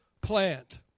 plant